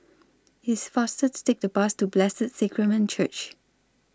IT IS faster to Take The Bus to Blessed Sacrament Church